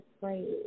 phrase